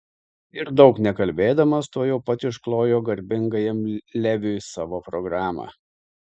ir daug nekalbėdamas tuojau pat išklojo garbingajam leviui savo programą